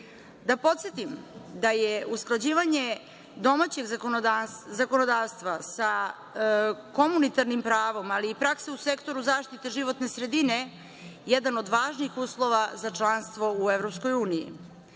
Da podsetim, da je usklađivanje domaćeg zakonodavstva sa komunitarnim pravom, ali i prakse u sektoru zaštite životne sredine jedan od važnih uslova za članstvo u EU.